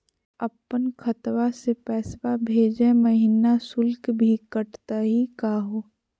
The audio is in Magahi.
अपन खतवा से पैसवा भेजै महिना शुल्क भी कटतही का हो?